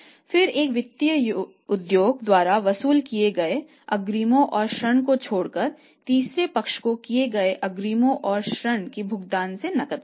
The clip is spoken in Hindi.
फिर एक वित्तीय उद्यम द्वारा वसूल किए गए अग्रिमों और ऋणों को छोड़कर तीसरे पक्ष को किए गए अग्रिमों और ऋणों के भुगतान से नकद प्राप्तियां